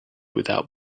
without